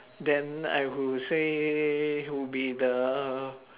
then I would say would be the